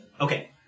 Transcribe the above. Okay